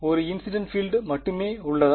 ஒரு incident field மட்டுமே உள்ளதா